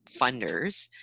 funders